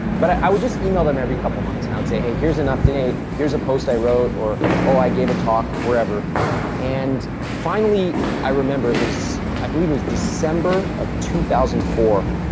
but, i would just email them every couple of months and i would say, hey here is an update. here is a post i wrote or or i gave a talk wherever and finally i remember it was i believe it was december of two thousand and four.